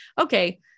okay